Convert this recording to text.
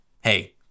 hey